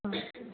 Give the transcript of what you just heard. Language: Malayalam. ആ